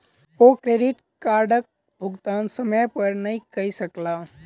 ओ credit कार्डक भुगतान समय पर नै कय सकला